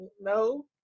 No